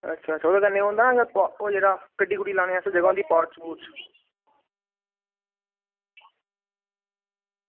अच्छा अच्छा ओह्दे कन्नै होंदा ओह् जेह्ड़ा गड्डी गुड्डी लाने आस्तै जगह होंदी पोर्च पूर्च